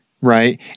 right